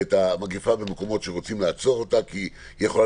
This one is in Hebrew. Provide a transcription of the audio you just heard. את המגפה במקומות שרוצים לעצור אותה כי היא יכולה